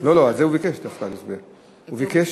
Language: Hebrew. אתה ביקשת?